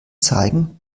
zeigen